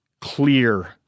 clear